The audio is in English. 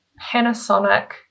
Panasonic